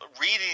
reading